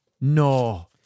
No